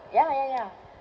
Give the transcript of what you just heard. ya ya ya